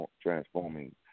transforming